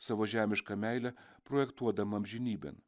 savo žemišką meilę projektuodama amžinybėn